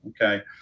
Okay